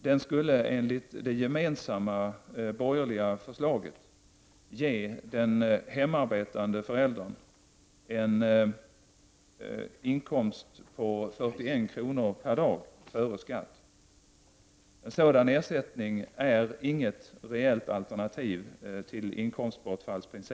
Den skulle enligt det gemensamma borgerliga förslaget ge den hemmavarande föräldern en inkomst på 41 kr./dag före skatt. En sådan ersättning är inget reellt alternativ till inkomstbortfallsprincipen.